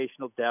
depth